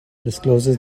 discloses